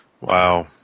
Wow